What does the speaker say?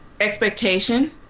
expectation